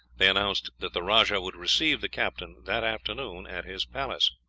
they announced that the rajah would receive the captain that afternoon at his palace.